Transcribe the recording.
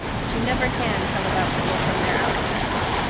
but you never can tell about people from their outsides.